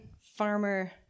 farmer